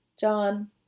John